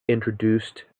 introduced